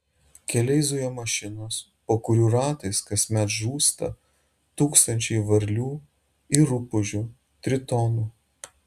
keliais zuja mašinos po kurių ratais kasmet žūsta tūkstančiai varlių ir rupūžių tritonų